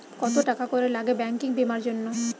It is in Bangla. কত টাকা করে লাগে ব্যাঙ্কিং বিমার জন্য?